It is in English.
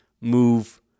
move